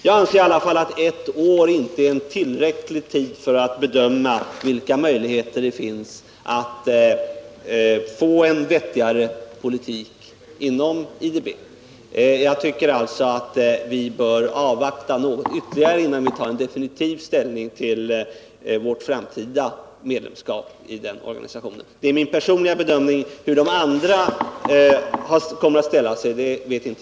Jag anser att ett års medlemskap inte är tillräckligt för att bedöma vilka möjligheter det finns att få till stånd en vettigare politik inom IDB. Vi bör alltså avvakta ytterligare en tid innan vi tar definitiv ställning till ett fortsatt medlemskap i organisationen. Det är min personliga bedömning, men hur de andra kommer att ställa sig vet jag inte.